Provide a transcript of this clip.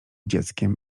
dzieckiem